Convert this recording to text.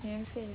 免费的